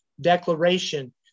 declaration